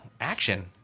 action